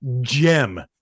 gem